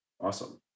Awesome